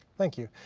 thank you.